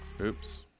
Oops